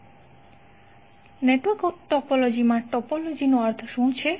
તો network topology માટે topology શું છે